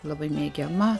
labai mėgiama